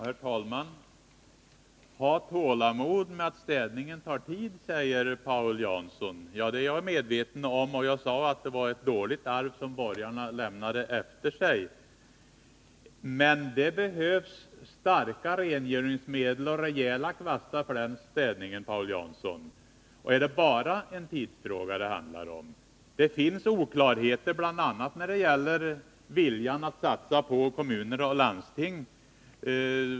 Herr talman! Ha tålamod med att städningen tar tid, säger Paul Jansson. Ja, det är jag medveten om. Jag sade också att det var ett dåligt arv som borgarna lämnade efter sig. Men det behövs starka rengöringsmedel och rejäla kvastar för den städningen, Paul Jansson! Och är det bara en tidsfråga? Det finns oklarheter om vad regeringen ämnar göra, bl.a. när det gäller viljan att satsa på kommuner och landsting.